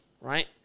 right